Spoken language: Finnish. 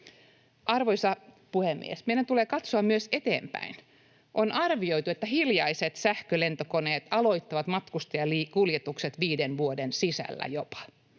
Arvoisa puhemies! Meidän tulee katsoa myös eteenpäin. On arvioitu, että hiljaiset sähkölentokoneet aloittavat matkustajakuljetukset jopa viiden vuoden sisällä.